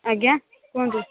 ଆଜ୍ଞା କୁହନ୍ତୁ